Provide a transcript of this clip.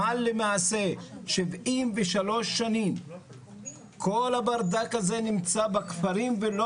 אבל למעשה 73 שנים כל הברדק הזה נמצא בכפרים ולא